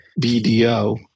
BDO